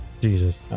Jesus